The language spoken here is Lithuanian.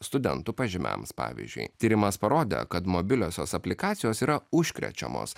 studentų pažymiams pavyzdžiui tyrimas parodė kad mobiliosios aplikacijos yra užkrečiamos